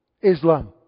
Islam